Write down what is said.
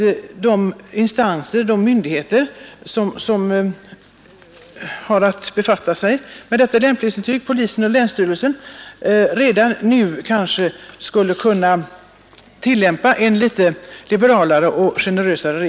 Kanske skulle de myndigheter som har att befatta sig med lämplighetsintygen — polismyndigheter och länsstyrelser — redan nu kunna tillämpa gällande regler litet liberalare och generösare.